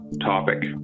topic